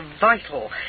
vital